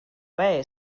way